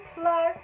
plus